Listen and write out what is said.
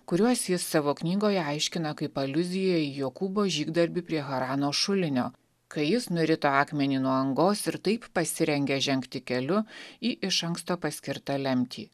kuriuos jis savo knygoje aiškino kaip aliuziją į jokūbo žygdarbį prie harano šulinio kai jis nurito akmenį nuo angos ir taip pasirengė žengti keliu į iš anksto paskirta lemtį